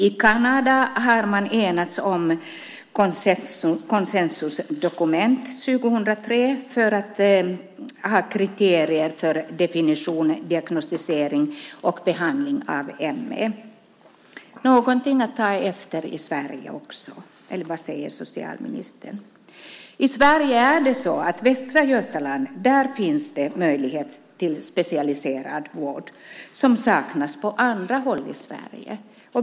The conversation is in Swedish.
I Kanada har man enats om ett konsensusdokument, 2003, för att ha kriterier för definition, diagnostisering och behandling av ME. Det är någonting att ta efter också i Sverige, eller vad säger socialministern? I Sverige finns det möjlighet till specialiserad vård i Västra Götaland. Det saknas på andra håll i Sverige.